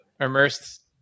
immersed